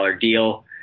deal